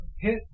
hit